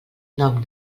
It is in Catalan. nom